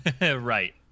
Right